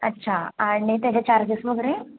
अच्छा आणि त्याचे चार्जेस वगैरे